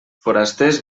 forasters